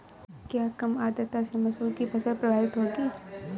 क्या कम आर्द्रता से मसूर की फसल प्रभावित होगी?